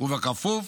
ובכפוף